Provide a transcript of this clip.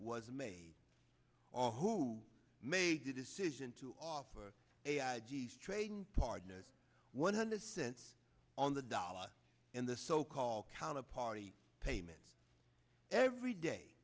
was made or who made the decision to offer a g s trading partner one hundred cents on the dollar in the so called counter party payment every day